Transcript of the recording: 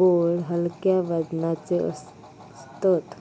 board हलक्या वजनाचे असतत